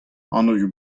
anvioù